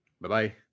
Bye-bye